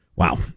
Wow